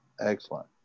Excellent